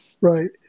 Right